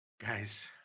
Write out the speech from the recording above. Guys